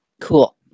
cool